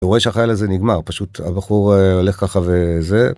ורואה שהחייל הזה נגמר פשוט הבחור הולך ככה וזה.